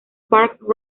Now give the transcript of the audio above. park